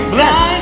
Bless